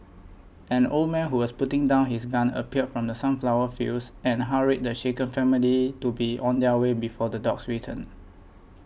an old man who was putting down his gun appeared from the sunflower fields and hurried the shaken family to be on their way before the dogs return